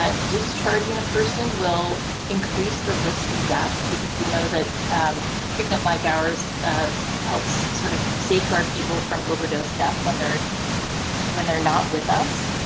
ah discharging a person will increase the risk of death because we know that treatment like ours helps sort of safeguard people from overdose death when they're when they're not with us.